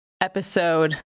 episode